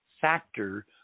factor